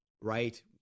right